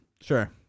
Sure